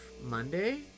monday